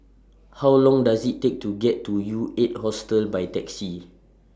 How Long Does IT Take to get to U eight Hostel By Taxi